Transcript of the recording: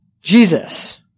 Jesus